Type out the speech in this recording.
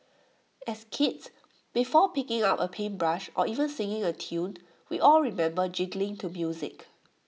as kids before picking up A paintbrush or even singing A tune we all remember jiggling to music